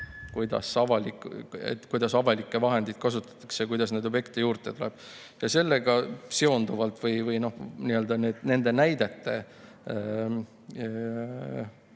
kuidas avalikke vahendeid kasutatakse ja kuidas neid objekte juurde tuleb. Sellega seonduvalt või nende piltlike